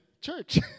church